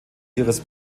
ihres